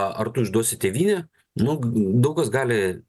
ar tu išduosi tėvynę nu daug kas gali